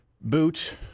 boot